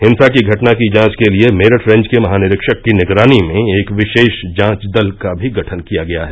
हिंसा की घटना की जांच के लिए मेरठ रेंज के महानिरीक्षक की निगरानी में एक विशेष जांच दल का भी गढन किया गया है